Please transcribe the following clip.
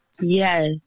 Yes